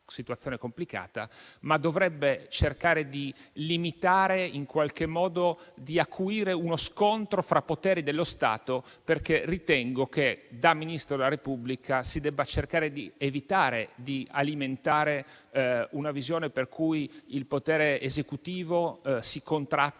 situazione complicata, ma dovrebbe cercare in qualche modo di limitare l'acuirsi di uno scontro fra poteri dello Stato. Ritengo che, da Ministro della Repubblica, si debba cercare di evitare di alimentare una visione per cui il potere esecutivo si contrappone